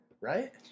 Right